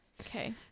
Okay